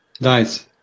Nice